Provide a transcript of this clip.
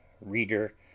reader